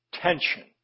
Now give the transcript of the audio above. tension